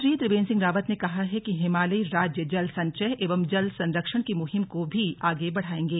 मुख्यमंत्री त्रिवेन्द्र सिंह रावत ने कहा है कि हिमालयी राज्य जल संचय एवं जल संरक्षण की मुहीम को भी आगे बढाएंगे